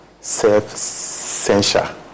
self-censure